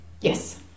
Yes